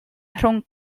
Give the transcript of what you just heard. rhwng